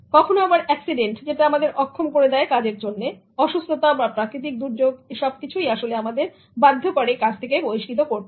কখনো আবার এক্সিডেন্ট যেটা আমাদের অক্ষম করে দেয় কাজের জন্য অসুস্থতা বা প্রাকৃতিক দুর্যোগ এসব কিছুই আসলে আমাদের বাধ্য করে কাজ থেকে বহিষ্কৃত করতে